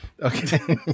Okay